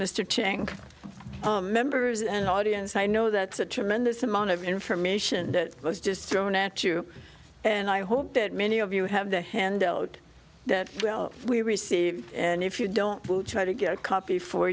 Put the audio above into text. ting members and audience i know that's a tremendous amount of information that was just thrown at you and i hope that many of you have the handled that well we received and if you don't try to get a copy for